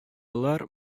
болар